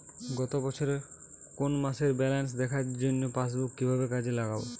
গত বছরের কোনো মাসের ব্যালেন্স দেখার জন্য পাসবুক কীভাবে কাজে লাগাব?